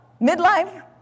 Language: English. midlife